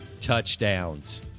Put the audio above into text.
touchdowns